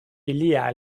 ilia